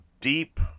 deep